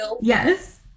yes